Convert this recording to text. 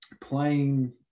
playing